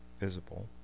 visible